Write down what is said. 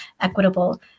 equitable